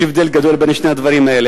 יש הבדל גדול בין שני הדברים הללו.